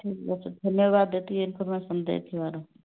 ଠିକ୍ ଅଛି ଧନ୍ୟବାଦ ଏତିକି ଇନ୍ଫର୍ମେସନ୍ ଦେଇଥିବାରୁ